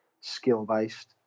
skill-based